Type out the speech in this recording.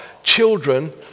children